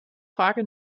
frage